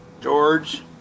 George